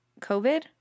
COVID